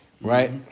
right